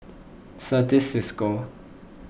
Certis Cisco